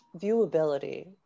viewability